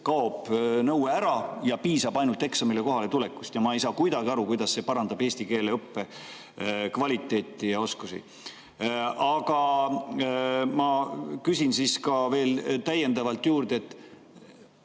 kaob nõue ära ja piisab ainult eksamile kohaletulekust, ja ma ei saa kuidagi aru, kuidas see parandab eesti keele õppe kvaliteeti ja oskusi. Aga ma küsin siis veel täiendavalt juurde, et